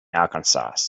arkansas